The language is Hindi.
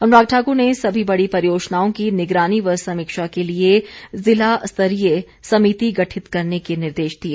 अनुराग ठाकुर ने सभी बड़ी परियोजनाओं की निगरानी व समीक्षा के लिए जिला स्तरीय समिति गठित करने के निर्देश दिए